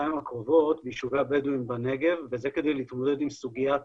השנתיים הקרובות ביישובי הבדואים בנגב וזה כדי להתמודד עם סוגיית